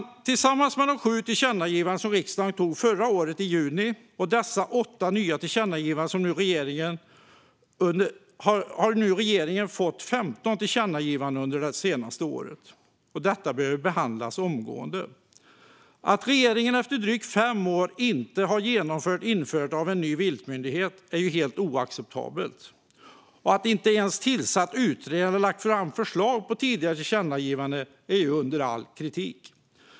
Tillsammans med de sju tillkännagivanden som riksdagen riktade i juni förra året innebär dessa åtta nya tillkännagivanden att regeringen nu har fått femton tillkännagivanden under det senaste året. Detta behöver behandlas omgående. Att regeringen efter drygt fem år inte har genomfört införandet av en ny viltmyndighet är helt oacceptabelt. Att man inte ens har tillsatt några utredningar eller lagt fram några förslag om tidigare tillkännagivanden är under all kritik.